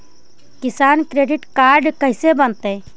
किसान credit card कैसे बनतै?